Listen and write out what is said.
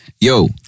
Yo